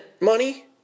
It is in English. money